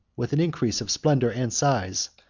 with an increase of splendor and size,